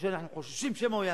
או שאנחנו חוששים שמא הוא יעשה,